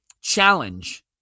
challenge